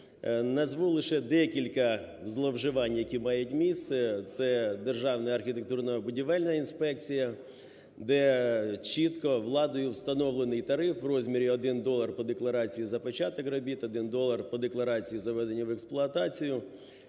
Назву лише декілька зловживань, які мають місце. Це Державна архітектурно-будівельна інспекція, де чітко владою встановлений тариф в розмірі 1 долар по декларації за початок робіт, 1 долар по декларації за введення в експлуатацію.